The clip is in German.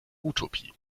utopie